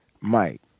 Mike